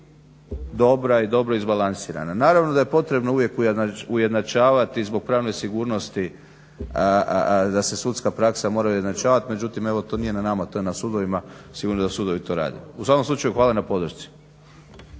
dobra i dobro izbalansirana. Naravno da je potrebno uvijek ujednačavati zbog pravne sigurnosti, da se sudska praksa mora ujednačavat, međutim evo to nije na nama to je na sudovima, sigurno da sudovi to rade. U svakom slučaju hvala na podršci.